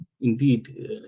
Indeed